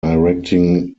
directing